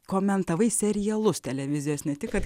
komentavai serialus televizijos ne tik kad